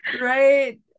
right